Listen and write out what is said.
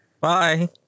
bye